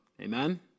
Amen